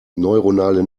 neuronale